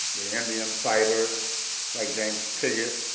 the indian fighters like james piggott,